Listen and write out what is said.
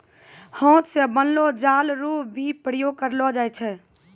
हाथ से बनलो जाल रो भी प्रयोग करलो जाय छै